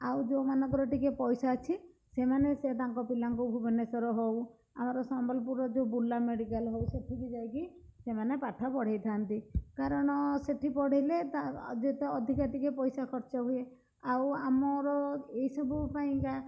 ଆଉ ଯେଉଁ ମାନଙ୍କର ଟିକେ ପଇସା ଅଛି ସେମାନେ ସେ ତାଙ୍କ ପିଲାଙ୍କୁ ଭୁବନେଶ୍ୱର ହଉ ଆମର ସମ୍ବଲପୁରରେ ଯେଉଁ ବୁର୍ଲା ମେଡ଼ିକାଲ ହଉ ସେଠିକି ଯାଇକି ସେମାନେ ପାଠ ପଢ଼ାଇଥାନ୍ତି କାରଣ ସେଇଠି ପଢ଼ିଲେ ତା ଅଯଥା ଅଧିକା ଟିକେ ପଇସା ଖର୍ଚ୍ଚ ହୁଏ ଆଉ ଆମର ଏଇସବୁ ପାଇଁକା